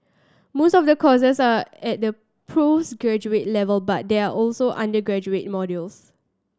most of the courses are at the postgraduate level but there are also undergraduate modules